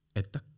että